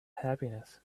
happiness